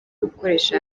gukoresha